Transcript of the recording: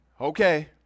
Okay